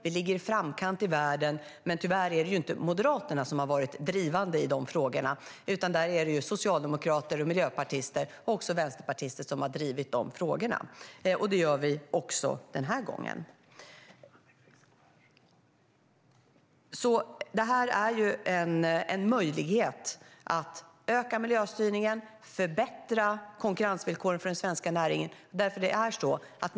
Vi ligger i framkant i världen. Men tyvärr är det inte Moderaterna som har varit drivande i dessa frågor, utan det är socialdemokrater och miljöpartister och även vänsterpartister som har drivit dem. Det gör vi också den här gången. Detta är en möjlighet att öka miljöstyrningen och förbättra konkurrensvillkoren för den svenska näringen.